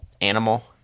animal